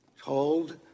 told